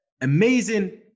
amazing